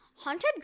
Haunted